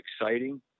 exciting